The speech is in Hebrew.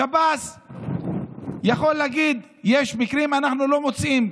השב"ס יכול להגיד: יש מקרים שאנחנו לא מוציאים,